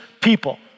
people